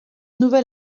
nouvel